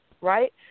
right